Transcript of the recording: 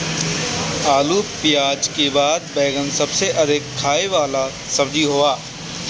आलू पियाज के बाद बैगन सबसे अधिका खाए वाला सब्जी हअ